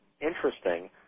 interesting